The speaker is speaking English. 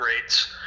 rates